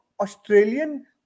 Australian